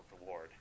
reward